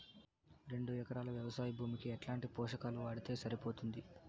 రెండు ఎకరాలు వ్వవసాయ భూమికి ఎట్లాంటి పోషకాలు వాడితే సరిపోతుంది?